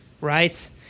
Right